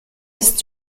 ist